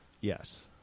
Yes